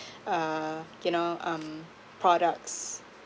uh you know um products